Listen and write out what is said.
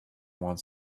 want